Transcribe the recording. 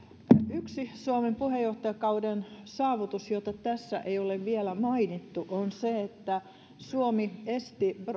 yksi suomen puheenjohtajakauden saavutus jota tässä ei ole vielä mainittu on se että suomi esti